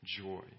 joy